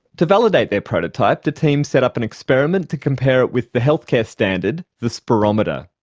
to validate their prototype the team set up an experiment to compare it with the healthcare standard, the spirometer.